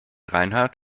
reinhardt